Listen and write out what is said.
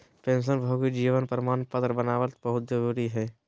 पेंशनभोगी जीवन प्रमाण पत्र बनाबल बहुत जरुरी हइ